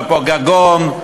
ופה גגון,